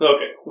Okay